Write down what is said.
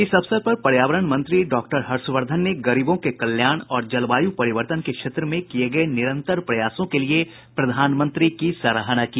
इस अवसर पर पर्यावरण मंत्री डॉ हर्षवर्धन ने गरीबों के कल्याण और जलवायु परिवर्तन के क्षेत्र में किए गए निरंतर प्रयासों के लिए प्रधानमंत्री की सराहना की